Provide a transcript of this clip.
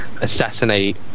assassinate